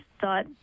thought